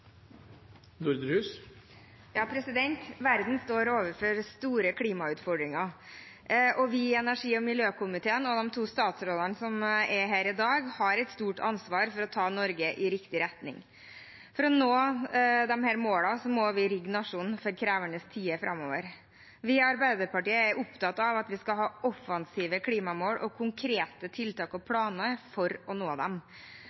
her i dag, har et stort ansvar for å ta Norge i riktig retning. For å nå målene må vi rigge nasjonen for krevende tider framover. Vi i Arbeiderpartiet er opptatt av at vi skal ha offensive klimamål og konkrete tiltak og planer for å nå dem.